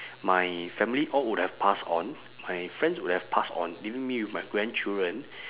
my family all would have passed on my friends would have passed on leaving me with my grandchildren